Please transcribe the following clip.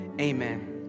Amen